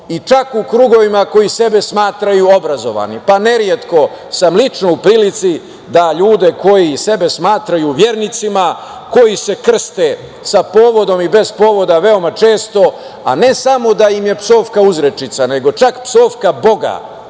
i čak u krugovima koji sebe smatraju obrazovanim. Neretko sam lično u prilici da ljude koji sebe smatraju vernicima, koji se krste sa povodom i bez povoda veoma često, a ne samo da im je psovka uzrečica, nego čak psovka Boga